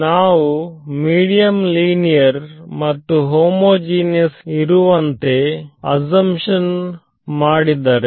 ನಾವು medium linear ಮತ್ತು homogeneous ಇರುವಂತೆ ಅಸೆ0ನ್ಶನ್ ಮಾಡುವ